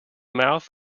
mouth